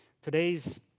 Today's